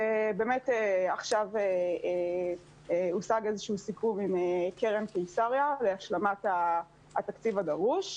ובאמת עכשיו הושג איזשהו סיכום עם קרן קיסריה להשלמת התקציב הדרוש.